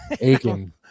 Aiken